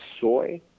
soy